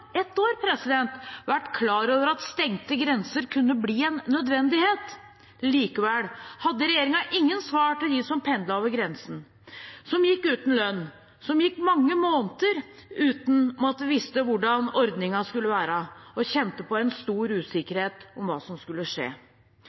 år! – vært klar over at stengte grenser kunne bli en nødvendighet. Likevel hadde regjeringen ingen svar til dem som pendlet over grensen, som gikk uten lønn, som gikk mange måneder uten at de visste hvordan ordningen skulle være, og kjente på en stor usikkerhet om hva som skulle skje.